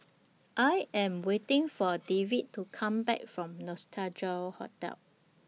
I Am waiting For David to Come Back from Nostalgia Hotel